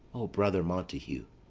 o brother montague,